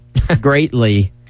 greatly